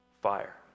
fire